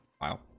Wow